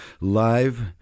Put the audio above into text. live